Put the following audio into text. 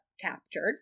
captured